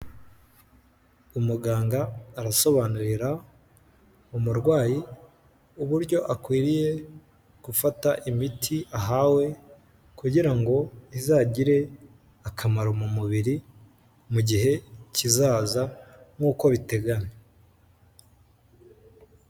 Umuganga arasobanurira umurwayi uburyo akwiriye gufata imiti ahawe, kugira ngo izagire akamaro mu mubiri mu gihe kizaza, nk'uko biteganywa.